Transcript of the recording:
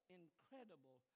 incredible